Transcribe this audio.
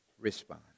respond